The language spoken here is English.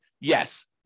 yes